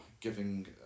giving